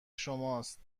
شماست